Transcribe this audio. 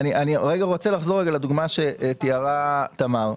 אני רוצה לחזור לדוגמה שתיארה תמר,